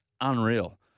unreal